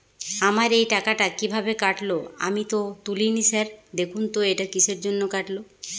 আমার এই টাকাটা কীভাবে কাটল আমি তো তুলিনি স্যার দেখুন তো এটা কিসের জন্য কাটল?